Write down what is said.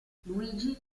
luigi